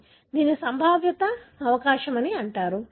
దీనిని సంభావ్యత అవకాశం అంటారు